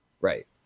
Right